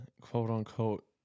quote-unquote